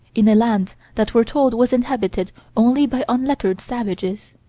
in a land that we're told was inhabited only by unlettered savages?